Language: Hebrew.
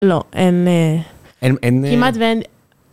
לא, אין... אין... אם... כמעט ואין..